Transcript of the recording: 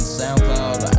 soundcloud